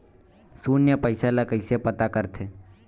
शून्य पईसा ला कइसे पता करथे?